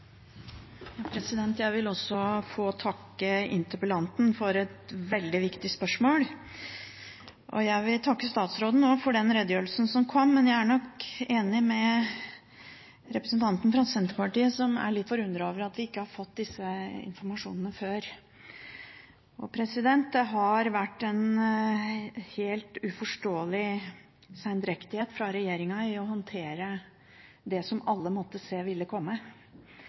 Jeg vil også få takke interpellanten for et veldig viktig spørsmål. Jeg vil takke statsråden for den redegjørelsen som kom, men jeg er nok enig med representanten fra Senterpartiet som er litt forundret over at vi ikke har fått denne informasjonen før. Det har vært en helt uforståelig sendrektighet fra regjeringen i å håndtere det som alle måtte se ville komme.